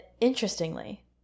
Interestingly